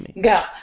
Go